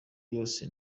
yose